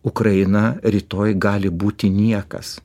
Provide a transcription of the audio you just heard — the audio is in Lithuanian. ukraina rytoj gali būti niekas